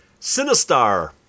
Sinistar